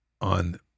on